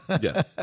Yes